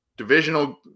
divisional